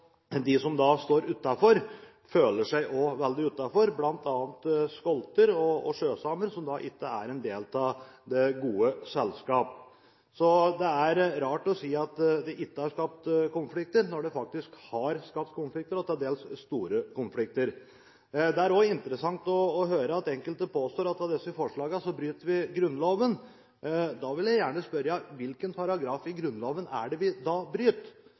De som da står utenfor, føler seg veldig utenfor, bl.a. skolter og sjøsamer, som ikke er en del av det gode selskap. Så det er rart at man sier at det ikke har skapt konflikter, når det faktisk har skapt konflikter – og til dels store konflikter. Det er også interessant å høre at enkelte påstår at med disse forslagene bryter vi Grunnloven. Da vil jeg gjerne spørre: Hvilken paragraf i Grunnloven er det vi da bryter?